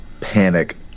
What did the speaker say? panic